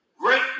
great